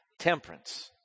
temperance